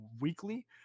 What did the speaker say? weekly